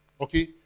okay